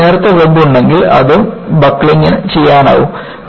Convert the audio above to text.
നമുക്ക് ഒരു നേർത്ത വെബ് ഉണ്ടെങ്കിൽ അതും ബക്കിളിംഗ് ചെയ്യാനാകും